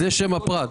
זה שם הפרט.